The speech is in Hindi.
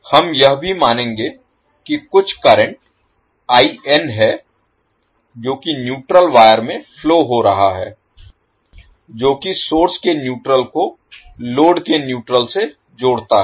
हम यह भी मानेंगे कि कुछ करंट है जो कि न्यूट्रल वायर में फ्लो हो रहा है जो कि सोर्स के न्यूट्रल को लोड के न्यूट्रल से जोड़ता है